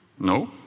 No